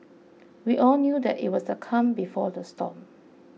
we all knew that it was the calm before the storm